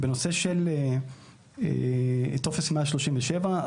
בנושא של טופס 137,